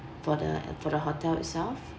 for the uh for the hotel itself